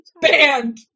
Banned